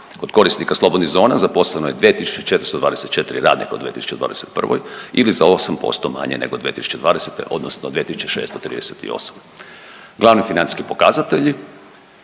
Kod korisnika slobodnih zona zaposleno je 2424 radnika u 2021. ili za 8% manje nego 2020. odnosno 2638. Glavni financijski pokazatelji,